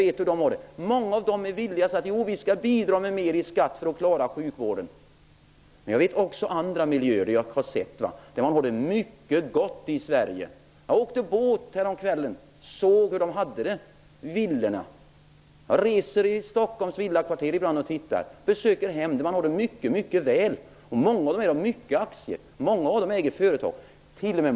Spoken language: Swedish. Men många av dem är villiga att bidra genom att betala mer i skatt för att klara sjukvården. Jag har också sett andra miljöer i Sverige, där man har det mycket gott. Jag åkte båt häromkvällen och såg hur de hade det i sina villor vid stränderna. Jag besöker ibland familjer i Stockholms villakvarter, där man har det mycket bra. Många av dem har stora aktieinnehav, och många äger företag.